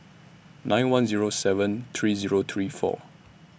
nine one Zero seven three Zero three four